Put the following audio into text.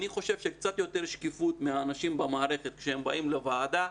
אני חושב שקצת יותר שקיפות מהאנשים במערכת כשהם באים לוועדה,